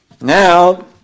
Now